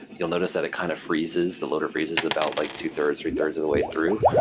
you'll notice that it kind of freezes. the loader freezes about like two-thirds, three-thirds of the way through.